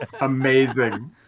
Amazing